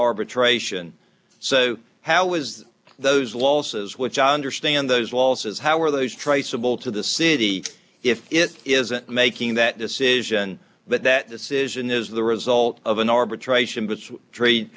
arbitration so how was those losses which i understand those losses how were those traceable to the city if it isn't making that decision but that decision is the result of an arbitra